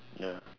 ya